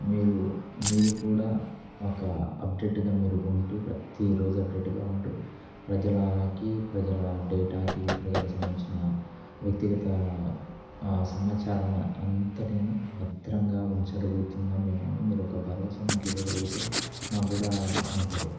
మీరు మీరు కూడా ఒక అప్డేట్గా మీరు ఉంటూ ప్రతీ రోజు అప్డేట్గా ఉంటూ ప్రజలకి ప్రజల డేటాకి ప్రజల సంబంధించిన వ్యక్తిగత సమాచారం అంతటిని భద్రంగా ఉంచగలుగుతున్నాం మేమని మీరు ఒక భరోసా మాకు ఇవ్వగలిగితే మాక్కూడా ఉంటుంది